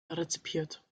rezipiert